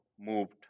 moved